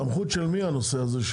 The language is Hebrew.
סמכות של מי הנושא הזה?